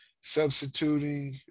substituting